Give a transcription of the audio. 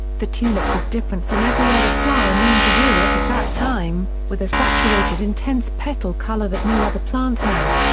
the tulip was different from every other flower known to europe at that time, with a saturated intense petal color that no other plant had.